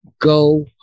Go